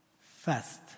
fast